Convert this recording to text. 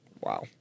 Wow